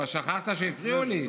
כבר שכחת שהפריעו לי.